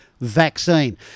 vaccine